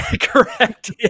Correct